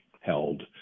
held